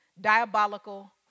diabolical